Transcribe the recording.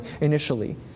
initially